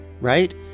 right